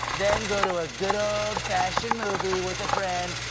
then go to a good old-fashioned movie with a friend!